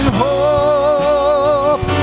hope